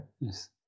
Yes